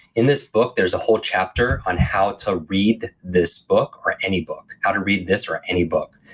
in this book there's a whole chapter on how to read this book or any book, how to read this or any book.